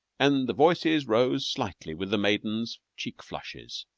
and the voices rose slightly with the maidens' cheek flushes.